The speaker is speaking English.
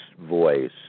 voice